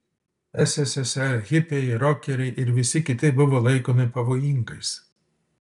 sssr hipiai rokeriai ir visi kiti buvo laikomi pavojingais